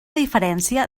diferència